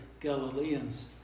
Galileans